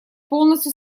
полностью